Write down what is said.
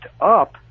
up